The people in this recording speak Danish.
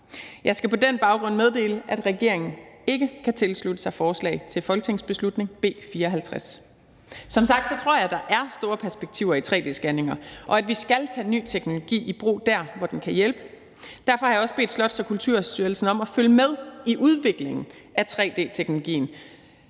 Jeg skal på den baggrund meddele, at regeringen ikke kan tilslutte sig forslag til folketingsbeslutning B 54. Som sagt tror jeg, at der er store perspektiver i tre-d-scanninger, og at vi skal tage ny teknologi i brug der, hvor den kan hjælpe. Derfor har jeg også bedt Slots- og Kulturstyrelsen om at følge med i udviklingen af tre-d-teknologien.